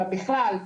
אלא בכלל.